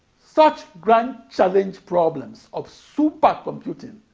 such grand challenge problems of supercomputing